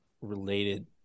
related